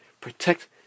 protect